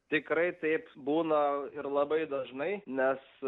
tikrai taip būna ir labai dažnai nes